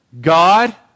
God